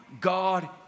God